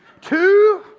two